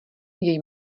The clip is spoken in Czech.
jej